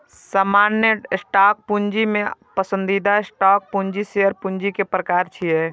सामान्य स्टॉक पूंजी आ पसंदीदा स्टॉक पूंजी शेयर पूंजी के प्रकार छियै